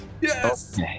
Yes